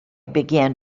began